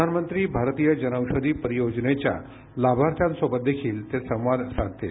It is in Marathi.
प्रधानमंत्री भारतीय जनौषधी परियोजनेच्या लाभार्थ्यांसोबत देखील ते संवाद साधतील